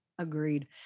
Agreed